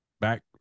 back